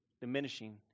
diminishing